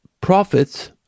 prophets